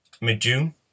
mid-June